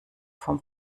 vom